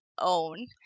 own